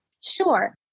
Sure